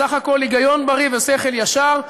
בסך הכול היגיון בריא ושכל ישר,